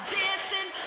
dancing